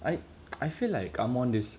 I I feel like I'm on this